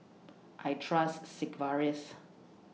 I Trust Sigvaris